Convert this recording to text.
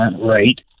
rate